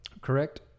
correct